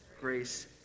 grace